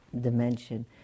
dimension